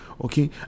okay